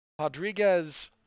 Rodriguez